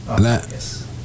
Yes